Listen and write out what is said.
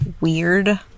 weird